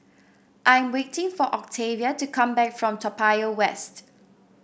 I'm waiting for Octavia to come back from Toa Payoh West